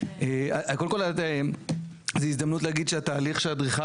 קודם כל זו הזדמנות להגיד שהתהליך שאדריכל